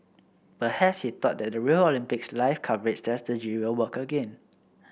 perhaps he thought that the Rio Olympics live coverage strategy will work again